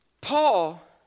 Paul